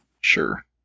Sure